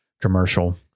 commercial